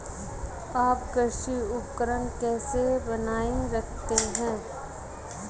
आप कृषि उपकरण कैसे बनाए रखते हैं?